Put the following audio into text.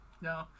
No